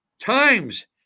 Times